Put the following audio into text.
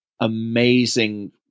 amazing